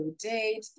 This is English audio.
date